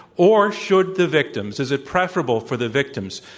or should the victims is it preferable for the victims,